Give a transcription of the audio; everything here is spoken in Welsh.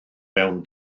mewn